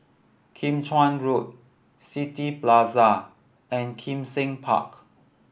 Kim Chuan Road City Plaza and Kim Seng Park